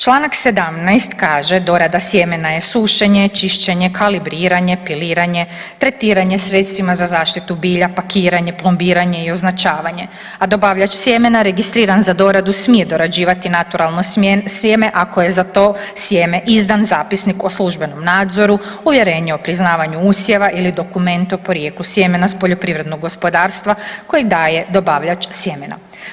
Članak 17. kaže dorada sjemena je sušenje, čišćenje, kalibriranje, piliranje, tretiranje sredstvima za zaštitu bilja, pakiranje, plombiranje i označavanje, a dobavljač sjemena registriran za doradu smije dorađivati naturalno sjeme ako je za to sjeme izdan zapisnik o službenom nadzoru, uvjerenje o priznavanju usjeva ili dokument o porijeklu sjemena s poljoprivrednog gospodarstva kojeg daje dobavljač sjemena.